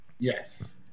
Yes